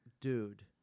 dude